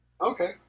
Okay